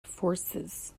forces